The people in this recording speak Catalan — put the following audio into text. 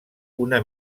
una